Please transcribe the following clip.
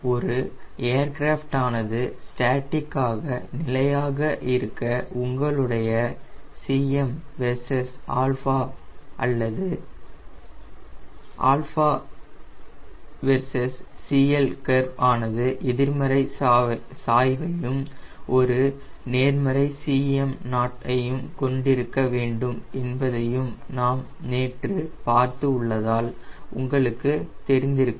ஒரு ஏர்கிராஃப்ட் ஆனது ஸ்டேட்டிக்காக நிலையாக இருக்க உங்களுடைய Cm வெர்சஸ் 𝛼 அல்லது வெர்சஸ் CL கர்வ் ஆனது எதிர்மறை சாய்வையும் ஒரு நேர்மறை Cm0 டையும் கொண்டிருக்க வேண்டும் என்பதை நாம் நேற்று பார்த்து உள்ளதால் உங்களுக்கு தெரிந்திருக்கும்